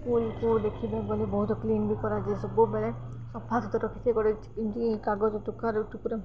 ସ୍କୁଲ୍କୁ ଦେଖିବି ହବନି ବହୁତ କ୍ଲିନ୍ ବି କରାଯାଏ ସବୁବେଳେ ସଫା ସୁତୁରା ରଖିଛ ଗୋଟେ ଏମିତି କାଗଜ ଟୁକାରେ ଟୁକୁରା